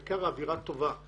העיקר לשמור על אווירה טובה.